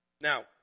Now